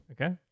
okay